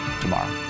tomorrow